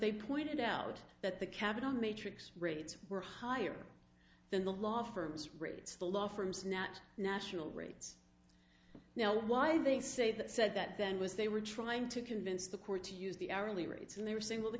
they pointed out that the capital matrix rates were higher than the law firms rates the law firms nat national rates now why they say that said that then was they were trying to convince the court to use the hourly rates in their single the